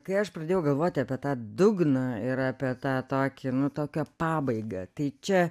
kai aš pradėjau galvoti apie tą dugną ir apie tą tokį nu tokią pabaigą tai čia